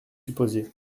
supposé